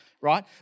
right